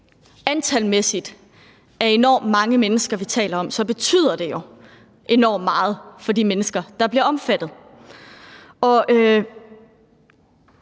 antalsmæssigt er enormt mange mennesker, vi taler om, så betyder det jo enormt meget for de mennesker, der bliver omfattet.